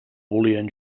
volien